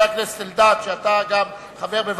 חבר הכנסת אלדד,